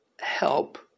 help